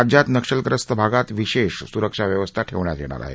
राज्यात नक्षलग्रस्त भागात विशेष स्रक्षा व्यवस्था ठेवण्यात येणार आहे